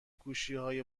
گوشیهای